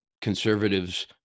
Conservatives